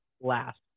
last